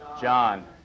John